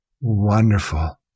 wonderful